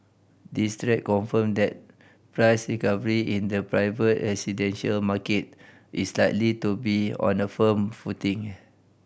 these trend confirm that price recovery in the private residential market is likely to be on a firm footing